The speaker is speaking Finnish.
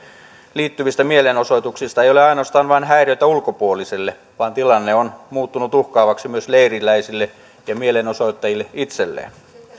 liittyvistä mielenosoituksista ei ole ainoastaan vain häiriötä ulkopuolisille vaan tilanne on muuttunut uhkaavaksi myös leiriläisille ja mielenosoittajille itselleen